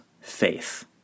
faith